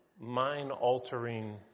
mind-altering